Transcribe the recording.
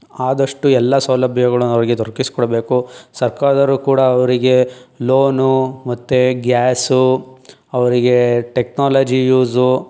ಆದಷ್ಟು ಎಲ್ಲ ಸೌಲಭ್ಯಗಳನ್ನ ಅವರಿಗೆ ದೊರಕಿಸ್ಕೊಡ್ಬೇಕು ಸರ್ಕಾರದೋರು ಕೂಡ ಅವರಿಗೆ ಲೋನು ಮತ್ತು ಗ್ಯಾಸು ಅವರಿಗೆ ಟೆಕ್ನಾಲಜಿ ಯೂಸು